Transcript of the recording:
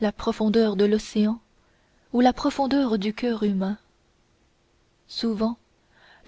la profondeur de l'océan ou la profondeur du coeur humain souvent